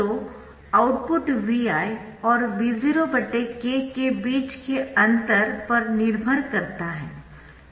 तो output Vi और V0 k के बीच के अंतर पर निर्भर करता है